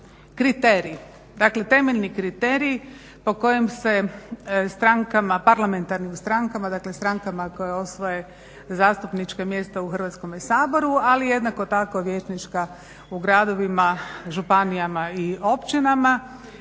Kriterij. Dakle temeljni kriterij po kojem se strankama, parlamentarnim strankama, dakle strankama koje osvoje zastupnička mjesta u Hrvatskome saboru, ali jednako tako vijećnička u gradovima, županijama i općinama,